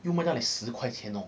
又卖到: you mai dao like 十块钱 hor